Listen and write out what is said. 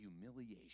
humiliation